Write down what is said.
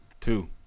Two